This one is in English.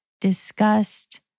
disgust